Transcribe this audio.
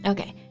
Okay